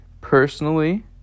personally